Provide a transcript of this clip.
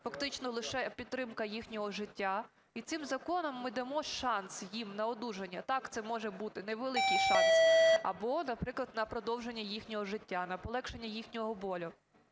фактично лише підтримка їхнього життя, і цим законом ми дамо шанс їм на одужання. Так, це може бути невеликий шанс, або, наприклад, на продовження їхнього життя, на полегшення їхнього болю.